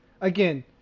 again